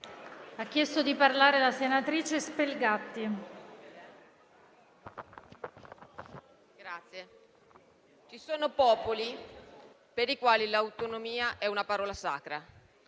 ci sono popoli per i quali l'autonomia è una parola sacra;